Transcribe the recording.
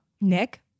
Nick